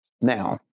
Now